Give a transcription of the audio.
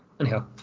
Anyhow